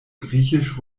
griechisch